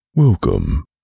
Welcome